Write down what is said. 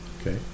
Okay